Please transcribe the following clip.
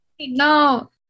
No